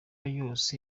yose